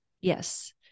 Yes